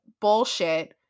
bullshit